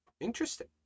Interesting